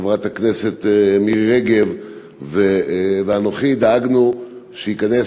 חברת הכנסת מירי רגב ואנוכי דאגנו שייכנס